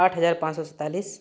आठ हजार पाँच सए सैंतालिस